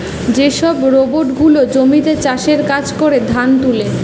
যে সব রোবট গুলা জমিতে চাষের কাজ করে, ধান তুলে